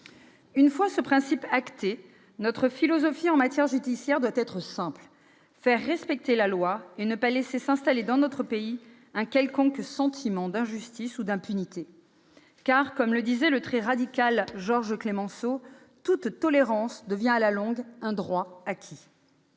Une fois ce principe acté, notre philosophie en matière judiciaire doit être simple : faire respecter la loi et ne pas laisser s'installer dans notre pays un quelconque sentiment d'injustice ou d'impunité. Car, comme le disait le très radical Georges Clemenceau, « toute tolérance devient à la longue un droit acquis